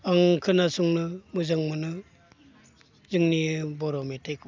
आं खोनासंनो मोजां मोनो जोंनि बर' मेथाइखौ